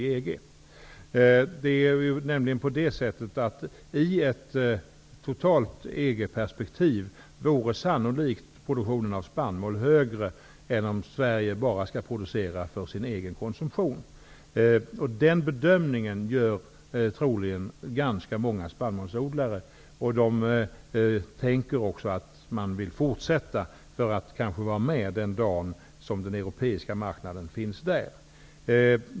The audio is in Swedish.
I ett totalt EG-perspektiv vore sannolikt produktionen av spannmål högre än om Sverige bara skall producera för sin egen konsumtion. Den bedömningen gör troligen ganska många spannmålsodlare. De vill fortsätta för att vara med den dag som den europeiska marknaden finns där.